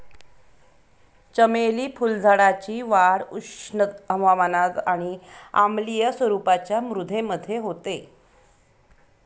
चमेली फुलझाडाची वाढ उष्ण हवामानात आणि आम्लीय स्वरूपाच्या मृदेमध्ये होते